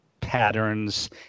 patterns